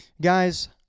Guys